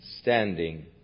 standing